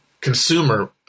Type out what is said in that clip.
consumer